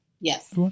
Yes